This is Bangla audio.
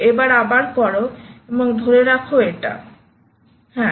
এবার আবার করো এবং ধরে রাখো এটা হ্যাঁ এটা হ্যাঁ